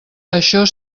això